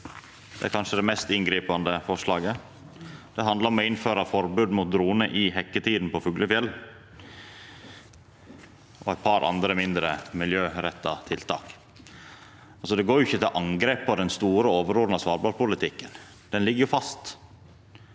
det er kanskje det mest inngripande forslaget – og det handlar om å innføra forbod mot dronar i hekketida på fuglefjell og eit par andre mindre miljøretta tiltak. Det går ikkje til angrep på den store, overordna svalbardpolitikken. Han ligg fast.